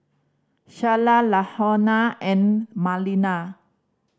Shayla Lahoma and Malinda